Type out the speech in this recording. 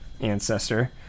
ancestor